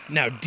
Now